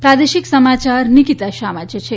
પ્રાદેશિક સમાયાર નિકિતા શાહ વાંચે છે